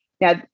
Now